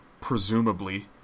presumably